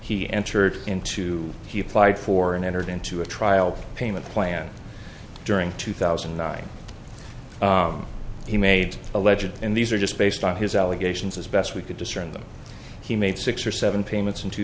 he entered into he applied for and entered into a trial payment plan during two thousand and nine he made a legend and these are just based on his allegations as best we could discern them he made six or seven payments in two